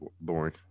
boring